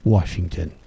Washington